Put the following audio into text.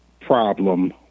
problem